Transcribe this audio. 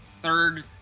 third